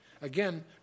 Again